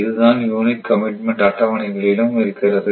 இதுதான் unit commitment அட்டவணைகளிலும் இருக்கிறது